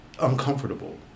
uncomfortable